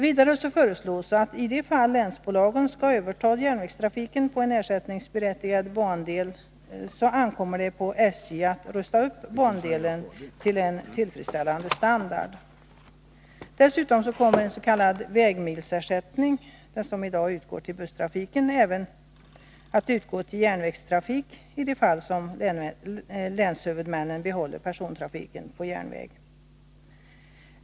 Vidare föreslås att det ankommer på SJ att rusta upp bandelen till en tillfredsställande standard i de fall länsbolagen skall överta järnvägstrafiken på en ersättningsberättigad bandel. Dessutom kommer en s.k. vägmilsersättning— den som i dag utgår till busstrafiken — att utgå till järnvägstrafik i de fall som länshuvudmännen behåller persontrafiken på järnväg.